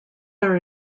are